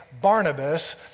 Barnabas